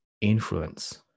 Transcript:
influence